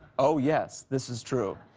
oh yes this is true.